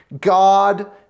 God